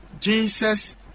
Jesus